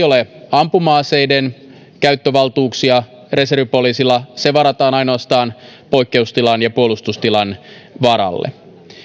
ole ampuma aseiden käyttövaltuuksia reservipoliisilla se varataan ainoastaan poikkeustilan ja puolustustilan varalle